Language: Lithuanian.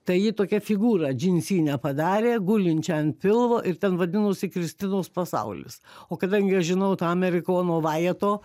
tai ji tokią figūrą džinsinę padarė gulinčią pilvo ir ten vadinosi kristinos pasaulis o kadangi aš žinau tą amerikono vajato